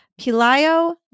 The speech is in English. Pilayo